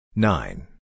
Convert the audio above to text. Nine